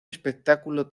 espectáculo